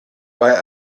bei